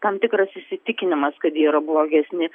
tam tikras įsitikinimas kad jie yra blogesni